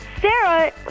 Sarah